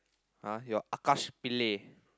!huh! you are Akash-Pillay